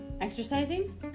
exercising